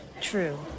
true